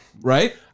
Right